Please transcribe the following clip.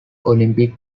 olympic